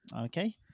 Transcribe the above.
Okay